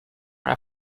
are